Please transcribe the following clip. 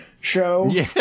show